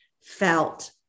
felt